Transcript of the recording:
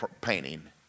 painting